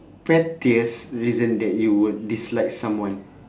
pettiest reason that you would dislike someone